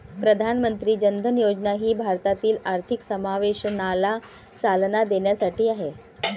प्रधानमंत्री जन धन योजना ही भारतातील आर्थिक समावेशनाला चालना देण्यासाठी आहे